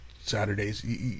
Saturdays